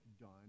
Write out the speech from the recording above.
done